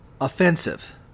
offensive